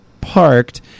parked